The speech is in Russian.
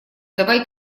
давай